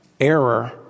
error